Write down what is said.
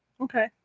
okay